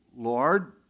Lord